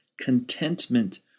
contentment